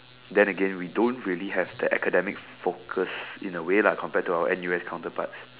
then again we don't really have the academic focus in a way lah compared to our N_U_S counterparts